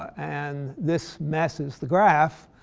and this mess is the graph.